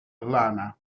lana